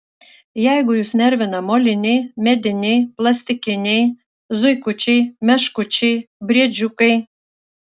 jeigu jus nervina moliniai mediniai plastikiniai zuikučiai meškučiai briedžiukai